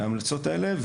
ההמלצות האלה.